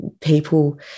people